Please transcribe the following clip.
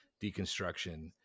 deconstruction